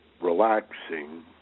relaxing